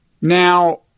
Now –